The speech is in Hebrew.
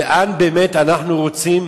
איפה באמת אנחנו רוצים